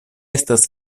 estas